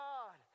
God